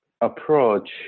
approach